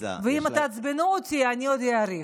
ואם תעצבנו אותי, אני עוד אאריך.